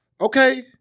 Okay